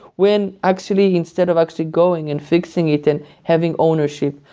when actually instead of actually going and fixing it and having ownership.